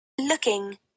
Looking